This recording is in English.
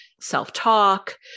self-talk